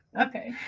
Okay